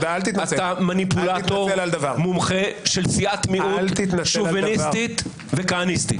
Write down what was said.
אתה מניפולטור מומחה של סיעת מיעוט שוביניסטית וכהניסטית.